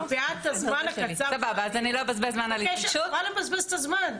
מפאת הזמן הקצר, חבל לבזבז את הזמן.